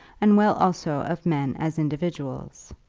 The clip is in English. and well also of men as individuals.